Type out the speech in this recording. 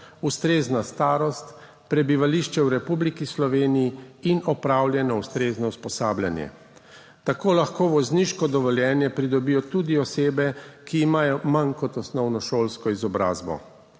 ustrezna starost, prebivališče v Republiki Sloveniji in opravljeno ustrezno usposabljanje. Tako lahko vozniško dovoljenje pridobijo tudi osebe, ki imajo manj kot osnovnošolsko izobrazbo.